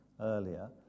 earlier